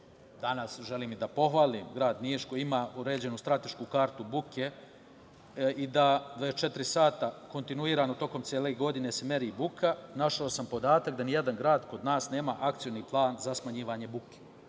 danas želim i da pohvalim, koji ima uređenu stratešku kartu buke i da 24 sata kontinuirano tokom cele godine se meri buka, našao sam podatak da nijedan grad kod nas nema akcioni plan za smanjivanje buke.